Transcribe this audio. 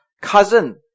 cousin